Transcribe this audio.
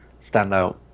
standout